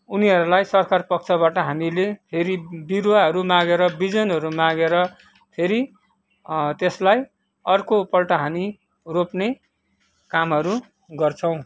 उनीहरूलाई सरकार पक्षबाट हामीले फेरि बिरुवाहरू मागेर बिजनहरू मागेर फेरि त्यसलाई अर्कोपल्ट हामी रोप्ने कामहरू गर्छौंँ